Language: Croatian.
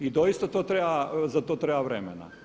I doista za to treba vremena.